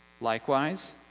Likewise